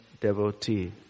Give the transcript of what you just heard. devotee